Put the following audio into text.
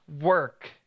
work